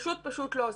פשוט פשוט לא זה.